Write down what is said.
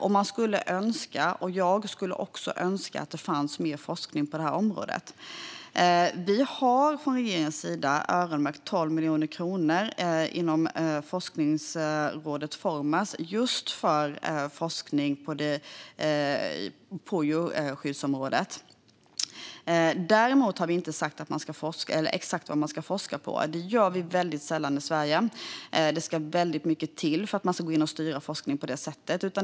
Här delar jag Elin Segerlinds oro, och jag skulle önska att det fanns mer forskning på detta område. Vi har från regeringens sida öronmärkt 12 miljoner kronor inom forskningsrådet Formas just för forskning på djurskyddsområdet. Däremot har vi inte sagt exakt vad man ska forska på. Det gör vi väldigt sällan i Sverige. Det ska väldigt mycket till för att vi ska gå in och styra forskning på det sättet.